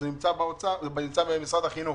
הכסף נמצא במשרד החינוך.